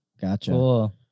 Gotcha